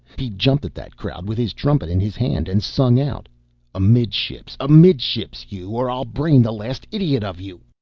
he jumped at that crowd, with his trumpet in his hand, and sung out amidships! amidships, you! or i'll brain the last idiot of you!